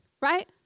right